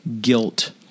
guilt